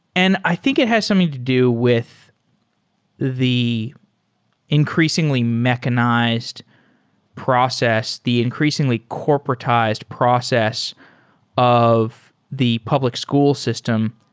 and i think it has something to do with the increasingly mechanized process, the increasingly corporatized process of the public school system.